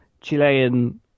Chilean